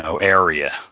area